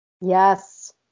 Yes